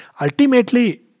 Ultimately